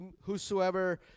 Whosoever